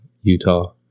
Utah